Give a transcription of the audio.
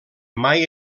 mai